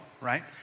right